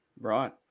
Right